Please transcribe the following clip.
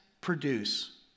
produce